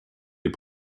est